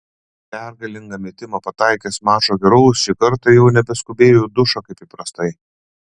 pergalingą metimą pataikęs mačo herojus šį kartą jau nebeskubėjo į dušą kaip įprastai